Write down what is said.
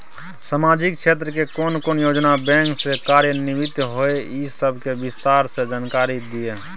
सामाजिक क्षेत्र के कोन कोन योजना बैंक स कार्यान्वित होय इ सब के विस्तार स जानकारी दिय?